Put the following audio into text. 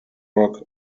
rock